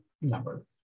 number